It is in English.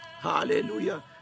Hallelujah